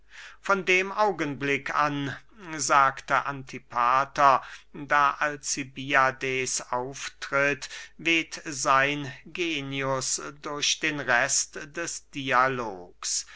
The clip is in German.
von dem augenblick an sagte antipater da alcibiades auftritt weht sein genius durch den rest des dialogs